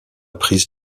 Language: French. prise